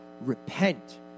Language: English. Repent